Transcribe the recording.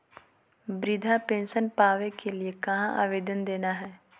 वृद्धा पेंसन पावे के लिए कहा आवेदन देना है?